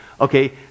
okay